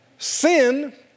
Sin